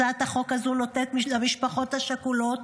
הצעת החוק הזו נותנת למשפחות השכולות